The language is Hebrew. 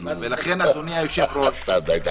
ולכן, אדוני היושב-ראש --- די.